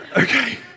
Okay